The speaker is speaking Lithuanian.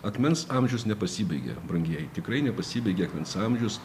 akmens amžius nepasibaigė brangieji tikrai nepasibaigė akmens amžius